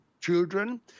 children